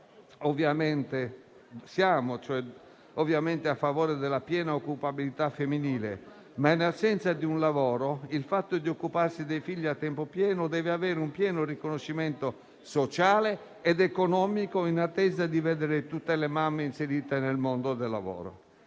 ovviamente a favore della piena occupabilità femminile; ma, in assenza di un lavoro, il fatto di occuparsi dei figli a tempo pieno deve avere un pieno riconoscimento sociale ed economico, in attesa di vedere tutte le mamme inserite nel mondo del lavoro.